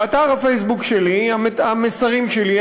באתר הפייסבוק שלי המסרים שלי,